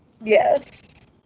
yes